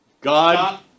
God